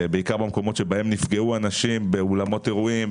בעיקר במקומות בהם נפגעו אנשים באולמות אירועים,